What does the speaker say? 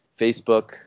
Facebook